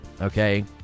okay